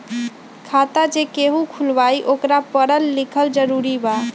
खाता जे केहु खुलवाई ओकरा परल लिखल जरूरी वा?